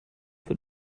für